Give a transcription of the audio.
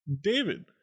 david